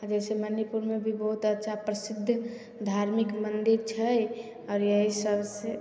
आओर जइसे मणिपुरमे भी बहुत अच्छा प्रसिद्ध धार्मिक मन्दिर छै आओर यही सबसे